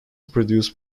produced